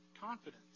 confidence